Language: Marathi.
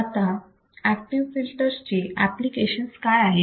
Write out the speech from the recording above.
आता ऍक्टिव्ह फिल्टर ची एप्लीकेशन्स काय आहेत